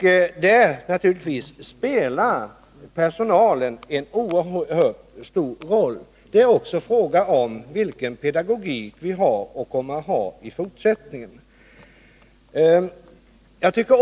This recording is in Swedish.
I detta avseende spelar naturligtvis personalen en oerhört stor roll. Det är också en fråga om vilken pedagogik vi har och kommer att ha i fortsättningen.